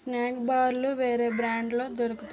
snack బార్లు వేరే బ్రాండ్లో దొరుకుతయి